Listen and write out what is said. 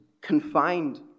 confined